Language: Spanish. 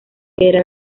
era